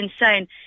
insane